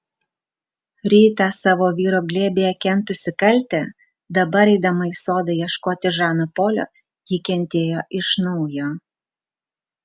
rytą savo vyro glėbyje kentusi kaltę dabar eidama į sodą ieškoti žano polio ji kentėjo iš naujo